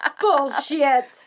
Bullshit